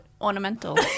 ornamental